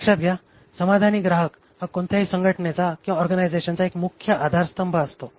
लक्षात घ्या समाधानी ग्राहक हा कोणत्याही संघटनेचा एक मुख्य आधारस्तंभ असतो